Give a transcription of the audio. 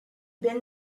been